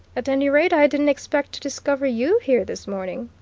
at any rate, i didn't expect to discover you here this morning!